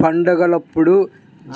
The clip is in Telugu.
పండగలప్పుడు